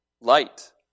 Light